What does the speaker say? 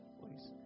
please